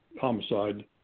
homicide